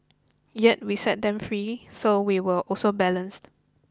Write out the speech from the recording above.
yet we set them free so we were also balanced